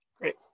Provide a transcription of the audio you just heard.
Great